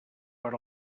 per